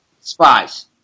Spies